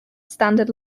standard